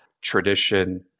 Tradition